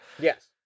Yes